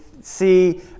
see